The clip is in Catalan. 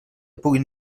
puguin